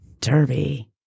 derby